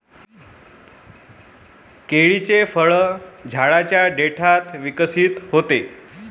केळीचे फळ झाडाच्या देठात विकसित होते